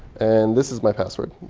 and this is my password.